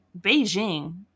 Beijing